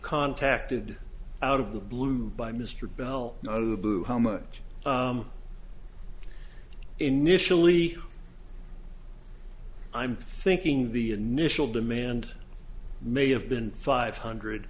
contacted out of the blue by mr bell not of the blue how much initially i'm thinking the initial demand may have been five hundred